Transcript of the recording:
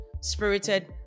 spirited